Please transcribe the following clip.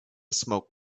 smoke